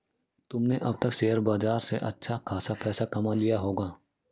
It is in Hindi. तुमने अब तक शेयर बाजार से अच्छा खासा पैसा कमा लिया होगा